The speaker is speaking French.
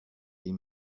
les